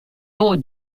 eaux